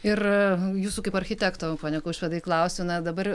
ir jūsų kaip architekto pone kaušpėdai klausiu na dabar